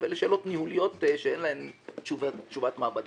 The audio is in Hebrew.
אלה שאלות ניהוליות שאין להן תשובת מעבדה.